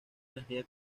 energía